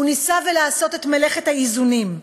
ניסינו לעשות את מלאכת האיזונים.